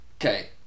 Okay